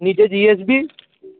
નીચે G S બી